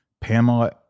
Pamela